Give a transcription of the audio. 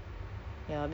ya but